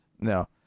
No